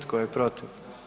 Tko je protiv?